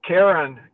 Karen